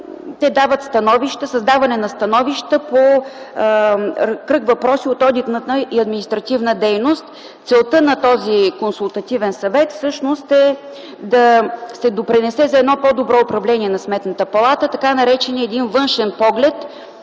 са с даване на становища по кръг въпроси от одитната и административна дейност. Целта на този Консултативен съвет всъщност е да се допринесе за едно по-добро управление на Сметната палата. Така наречения външен поглед